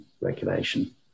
regulation